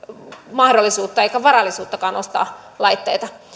mahdollisuutta eikä varallisuuttakaan ostaa laitteita